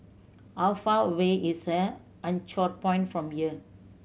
how far away is a Anchorpoint from here